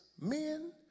men